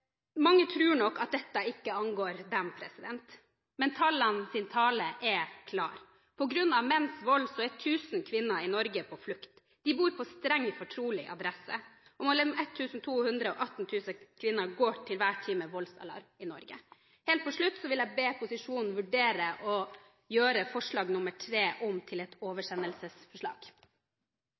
Mange tror nok at dette ikke angår dem, men tallenes tale er klar. På grunn av menns vold er 1 000 kvinner i Norge på flukt. De bor på strengt fortrolig adresse, og mellom 1 200 og 1 800 kvinner går til enhver tid med voldsalarm i Norge. Helt til slutt vil jeg be opposisjonen vurdere å gjøre forslag nr. 3 om til et oversendelsesforslag.